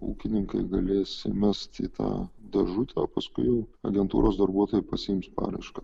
ūkininkai galės įmest į tą dėžutę o paskui jau agentūros darbuotojai pasiims paraišką